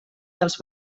dels